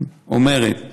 אומרת